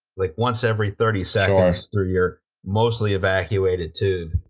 like once every thirty seconds through your mostly-evacuated tube.